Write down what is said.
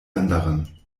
anderen